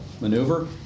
maneuver